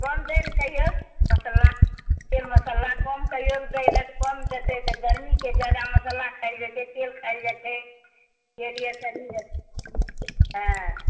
कम दै लए कहियौ मसल्ला तेल मसल्ला कम कहियौ दै लए तऽ कम देतय तऽ गर्मीके जादा मसल्ला खाइल जाइ छै तेल खाइल जाइ छै तेल यऽ शरीरमे एँ